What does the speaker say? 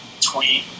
tweet